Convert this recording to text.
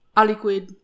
aliquid